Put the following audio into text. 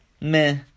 meh